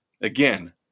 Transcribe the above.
Again